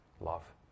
love